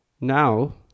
now